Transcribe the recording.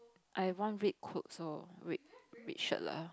I have one one red clothes orh red red shirt lah